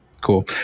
cool